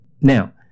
Now